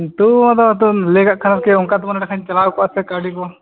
ᱛᱟᱣ ᱟᱫᱚ ᱱᱤᱛᱚᱜ ᱞᱟᱹᱭ ᱠᱟᱜ ᱠᱷᱟᱡ ᱟᱨᱠᱤ ᱚᱱᱠᱟ ᱨᱚᱠᱚᱱ ᱪᱟᱞᱟᱣ ᱠᱚ ᱠᱟᱹᱣᱰᱤ ᱠᱚ